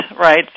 right